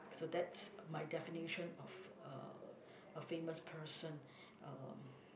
so that's my definition of uh a famous person uh